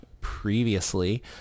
previously